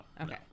Okay